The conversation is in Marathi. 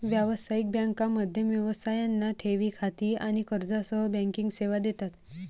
व्यावसायिक बँका मध्यम व्यवसायांना ठेवी खाती आणि कर्जासह बँकिंग सेवा देतात